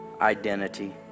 Identity